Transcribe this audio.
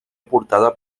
aportada